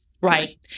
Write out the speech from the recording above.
Right